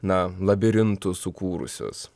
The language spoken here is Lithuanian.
na labirintus sukūrusius